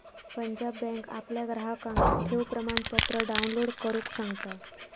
Punjab bank आपल्या ग्राहकांका ठेव प्रमाणपत्र डाउनलोड करुक सांगता